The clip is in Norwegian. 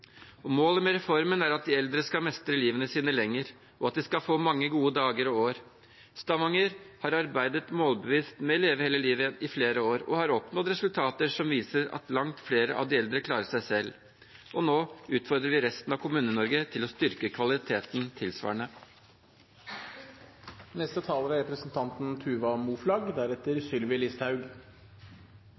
Målet med reformen er at de eldre skal mestre livet sitt lenger, og at de skal få mange gode dager og år. Stavanger har arbeidet målbevisst med Leve hele livet i flere år og har oppnådd resultater som viser at langt flere av de eldre klarer seg selv. Nå utfordrer vi resten av Kommune-Norge til å styrke kvaliteten tilsvarende.